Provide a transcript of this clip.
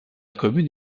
commune